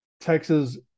Texas